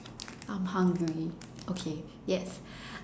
I'm hungry okay yes